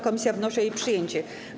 Komisja wnosi o jej przyjęcie.